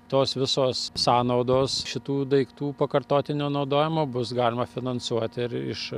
tos visos sąnaudos šitų daiktų pakartotinio naudojimo bus galima finansuoti ir iš